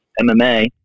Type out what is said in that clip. MMA